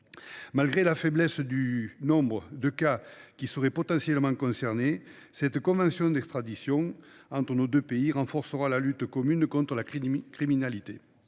Malgré la faiblesse du nombre de cas potentiellement concernés, cette convention d’extradition entre nos deux pays permettra de renforcer la lutte commune contre la criminalité.